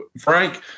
Frank